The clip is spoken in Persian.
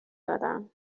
دادم